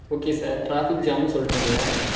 okay sir traffic jam சொல்றிங்க